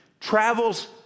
Travels